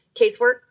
casework